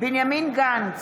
בנימין גנץ,